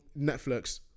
Netflix